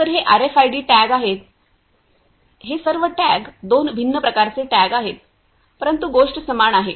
तर हे RFID tag आहेत हे सर्व टॅग दोन भिन्न प्रकारचे टॅग आहेत परंतु गोष्ट समान आहे